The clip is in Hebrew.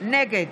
נגד